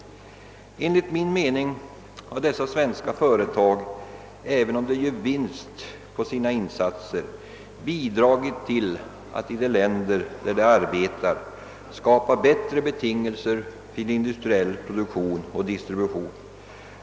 Enligt min mening har dessa svenska företag även om de gör en vinst på sina insatser bidragit till att i de länder där de arbetar skapa bättre arbetsbetingelser för industriell produktion och distribution.